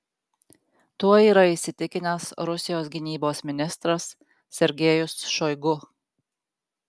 tuo yra įsitikinęs rusijos gynybos ministras sergejus šoigu